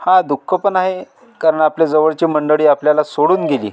हा दुःख पण आहे कारण आपल्या जवळची मंडळी आपल्याला सोडून गेली